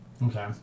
Okay